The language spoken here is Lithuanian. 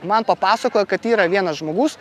man papasakojo kad yra vienas žmogus